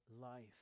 life